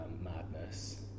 Madness